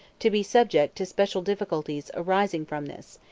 to be subject to special difficulties arising from this,